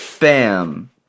bam